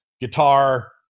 Guitar